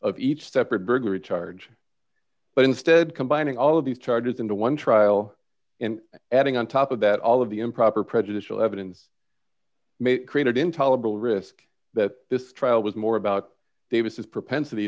of each separate burglary charge but instead combining all of these charges into one trial and adding on top of that all of the improper prejudicial evidence may created intolerable risk that this trial was more about davis's propensity